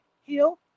Heal